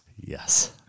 Yes